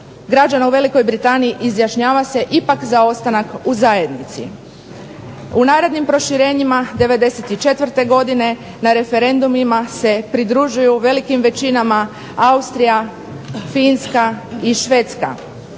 građana u Velikoj Britaniji izjašnjava se ipak za ostanak u zajednici. U narednim proširenjima '94. godine na referendumima se pridružuju velikim većinama Austrija, Finska i Švedska